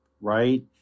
right